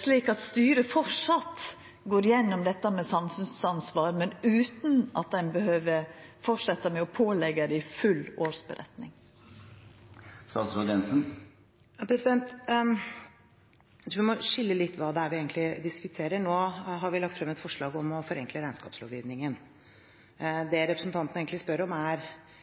slik at styret framleis går gjennom dette med samfunnsansvar, men utan at ein behøver fortsetja med å påleggja dei full årsmelding? Vi må skille litt på hva som egentlig diskuteres – nå har vi lagt frem et forslag om å forenkle regnskapslovgivningen. Det representanten egentlig spør om, er